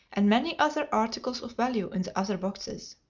and many other articles of value in the other boxes.